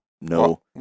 No